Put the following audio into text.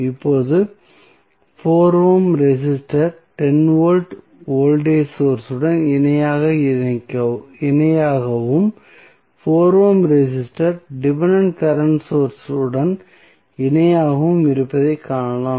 இப்போது 4 ohm resistor 10 volt voltage source உடன் இணையாகவும் 4 ohm resistor dependent current source உடன் இணையாகவும் இருப்பதைக் காணலாம்